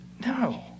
No